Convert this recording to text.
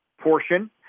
portion